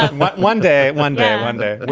one one day. one day one day where